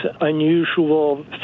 Unusual